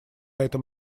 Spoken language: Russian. этом